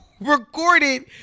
recorded